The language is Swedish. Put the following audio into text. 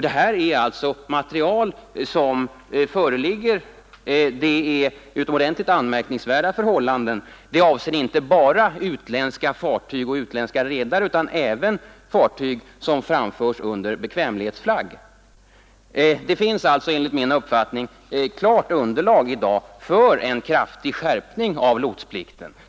Detta är ett material som föreligger och som visar på utomordentligt anmärkningsvärda förhållanden; det avser inte bara utländska fartyg och utländska redare utan även fartyg som framförs under bekvämlighetsflagg. Det finns enligt min uppfattning i dag ett klart underlag för en kraftig skärpning av lotsplikten.